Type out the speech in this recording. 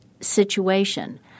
situation